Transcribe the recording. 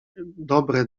dobre